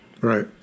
Right